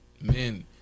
men